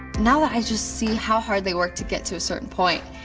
now that i just see how hard they work to get to a certain point,